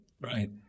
Right